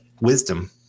wisdom